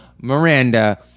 Miranda